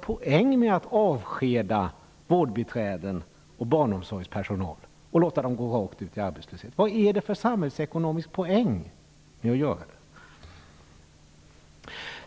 poäng är det med att avskeda vårdbiträden och barnomsorgspersonal och låta dem gå rakt ut i arbetslöshet? Vilken samhällsekonomisk poäng är det med att göra det?